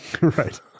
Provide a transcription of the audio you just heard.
Right